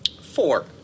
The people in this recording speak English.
Four